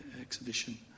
exhibition